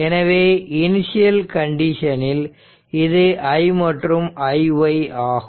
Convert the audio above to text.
எனவே இன்சியல் கண்டிஷனில் இது i மற்றும் iy ஆகும்